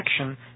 action